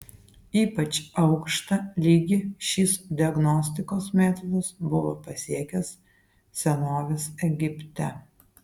ypač aukštą lygį šis diagnostikos metodas buvo pasiekęs senovės egipte